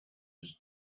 his